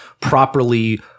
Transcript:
properly